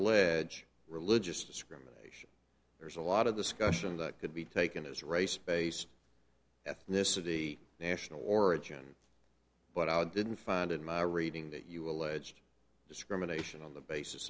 ege religious discrimination there's a lot of the scotian that could be taken as race based ethnicity national origin but i didn't find in my reading that you alleged discrimination on the basis